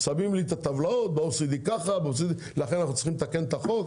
אם ב-OECD לכן צריכים לתקן את החוק.